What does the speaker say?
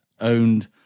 owned